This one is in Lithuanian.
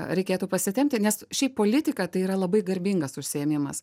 reikėtų pasitempti nes šiaip politika tai yra labai garbingas užsiėmimas